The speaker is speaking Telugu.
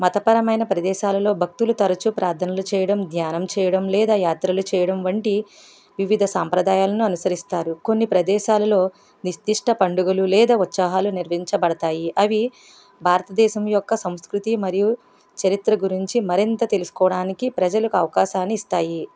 మతపరమైన ప్రదేశాలలో భక్తులు తరచు ప్రార్థనలు చేయడం ధ్యానం చేయడం లేదా యాత్రలు చేయడం వంటి వివిధ సాంప్రదాయాలను అనుసరిస్తారు కొన్ని ప్రదేశాలలో నిర్దిష్ట పండుగలు లేదా ఉత్సావాలు నిర్వహించబడతాయి అవి భారతదేశం యొక్క సంస్కృతి మరియు చరిత్ర గురించి మరింత తెలుసుకోవడానికి ప్రజలకు అవకాశాన్ని ఇస్తాయి